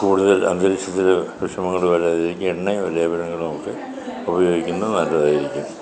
കൂടുതൽ അന്തരീക്ഷത്തിൽ വിഷമങ്ങൾ വരാതിരിക്കാൻ എണ്ണയോ ലേപനങ്ങളോ ഒക്കെ ഉപയോഗിക്കുന്നത് നല്ലതായിരിക്കും